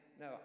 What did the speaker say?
no